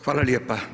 Hvala lijepo.